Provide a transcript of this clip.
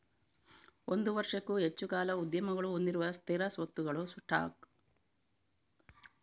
ಒಂದು ವರ್ಷಕ್ಕೂ ಹೆಚ್ಚು ಕಾಲ ಉದ್ಯಮಗಳು ಹೊಂದಿರುವ ಸ್ಥಿರ ಸ್ವತ್ತುಗಳ ಸ್ಟಾಕ್